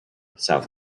south